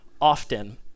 often